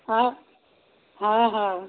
હા હા હા